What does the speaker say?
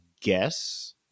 guess